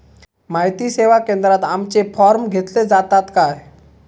माहिती सेवा केंद्रात आमचे फॉर्म घेतले जातात काय?